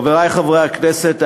חברי חברי הכנסת,